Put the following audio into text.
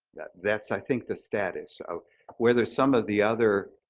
that's i think the status of where there's some of the other